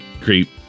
Creep